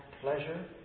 pleasure